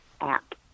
app